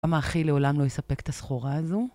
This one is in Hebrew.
למה אחי לעולם לא יספק את הסחורה הזו?